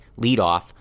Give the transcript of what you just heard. leadoff